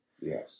Yes